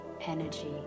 energy